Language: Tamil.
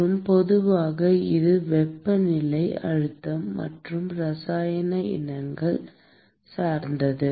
மற்றும் பொதுவாக இது வெப்பநிலை அழுத்தம் மற்றும் இரசாயன இனங்கள் சார்ந்தது